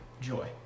joy